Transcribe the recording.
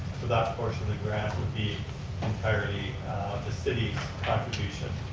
that portion of the graph would be entirely the city's contribution.